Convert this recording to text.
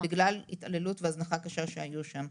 בגלל התעללות והזנחה קשה שהיו שם.